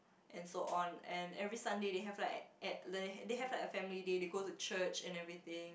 and so on and every Sunday they have like at least they they have like a family day they go to church and everything